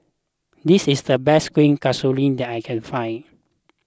this is the best Kueh Kasturi that I can find